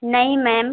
नही मैम